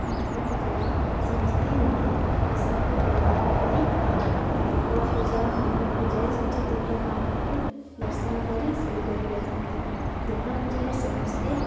ଦୁର୍ଗା ପୂଜାରେ ସମସ୍ତେ ନୂଆ ପୋଷାକ ପରିଧାନ କରି ଦୂର୍ଗା ପୂଜା ମଣ୍ଡପ ପୂଜା ହୁଏ ସେଠି ଦୂର୍ଗା ମା'ଙ୍କୁ ଦର୍ଶନ କରି ସେଲିବ୍ରେଟ କରିଥାନ୍ତି ଦୂର୍ଗା ପୂଜାରେ ସମସ୍ତେ